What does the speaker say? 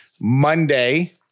Monday